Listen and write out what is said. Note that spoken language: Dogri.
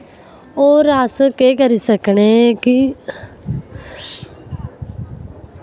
होर अस केह् करी सकने कि